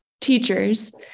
teachers